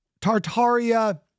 Tartaria